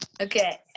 okay